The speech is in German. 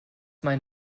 mein